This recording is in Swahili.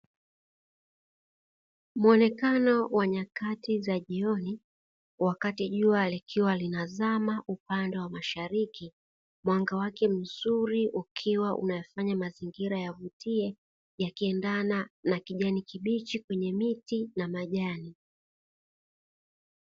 Muonekano wa nyakati za jioni, wakati jua likiwa linazama upande wa mashariki, mwanga wake mzuri ukiwa unayafanya mazingira yavutie, yakiendana na kijani kibichi kwenye miti na majani.